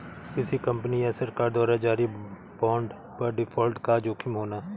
किसी कंपनी या सरकार द्वारा जारी बांड पर डिफ़ॉल्ट का जोखिम होना